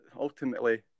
ultimately